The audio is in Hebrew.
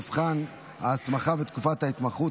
מבחן ההסמכה ותקופת ההתמחות),